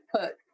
put